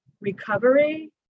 recovery